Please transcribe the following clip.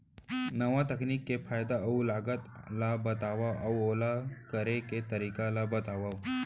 नवा तकनीक के फायदा अऊ लागत ला बतावव अऊ ओला करे के तरीका ला बतावव?